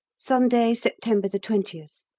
sunday, september twentieth.